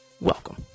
Welcome